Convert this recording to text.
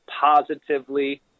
positively